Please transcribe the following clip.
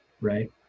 right